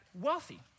wealthy